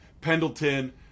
Pendleton